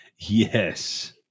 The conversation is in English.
yes